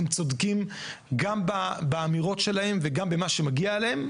הם צודקים גם באמירות שלהם וגם במה שמגיע להם.